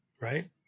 right